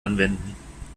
anwenden